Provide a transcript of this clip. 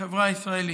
בחברה הישראלית.